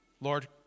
Lord